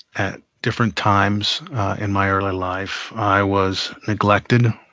at different times in my early life, i was neglected,